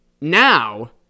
now